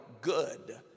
good